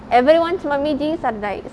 everyone's mummy jis are nice